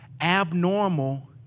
abnormal